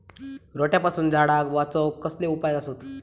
रोट्यापासून झाडाक वाचौक कसले उपाय आसत?